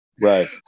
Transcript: right